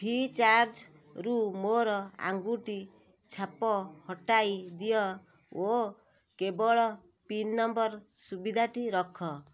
free ଚାର୍ଜ୍ରୁ ମୋର ଆଙ୍ଗୁଠି ଛାପ ହଟାଇ ଦିଅ ଓ କେବଳ ପିନ୍ ନମ୍ବର୍ ସୁବିଧାଟି ରଖ